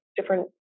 different